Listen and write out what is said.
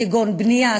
כגון בנייה,